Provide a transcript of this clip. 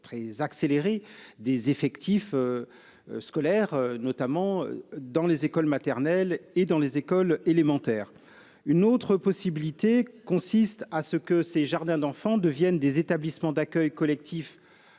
très accélérée des effectifs scolaires, notamment dans les écoles maternelles et élémentaires. Une autre possibilité consiste à ce que ces jardins d'enfants deviennent des établissements d'accueil collectif